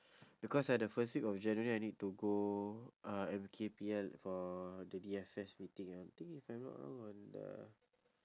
because right the first week of january I need to go uh M_K_P_L for the D_F_S meeting I think if I'm not wrong on the